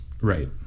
Right